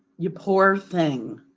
you poor thing.